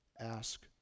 ask